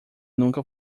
nunca